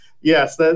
yes